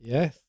Yes